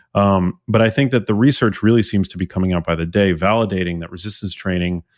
um but i think that the research really seems to be coming up by the day, validating that resistance training